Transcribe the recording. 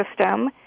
system